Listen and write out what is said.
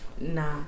Nah